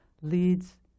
leads